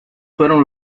fueron